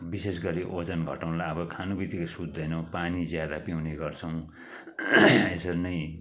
विशेष गरि ओजन घटाउनुलाई अब खानु बित्तिकै सुत्दैनौँ पानी ज्यादा पिउने गर्छौँ यसरी नै